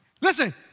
Listen